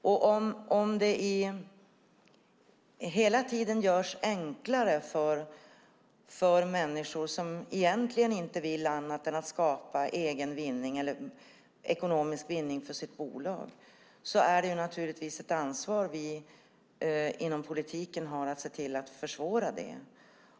Om det hela tiden görs enklare för människor som egentligen inte vill annat än skapa egen vinning eller ekonomisk vinning för sitt bolag har vi inom politiken naturligtvis ett ansvar att se till att försvåra detta.